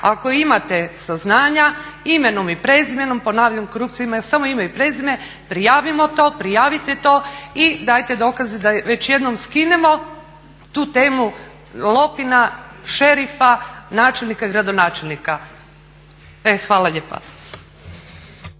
Ako imate saznanja imenom i prezimenom, ponavljam korupcija ima samo ime i prezime, prijavimo to, prijavite to i dajte dokaze da već jednom skinemo tu temu lopina, šerifa, načelnika i gradonačelnika. Hvala lijepa.